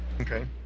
Okay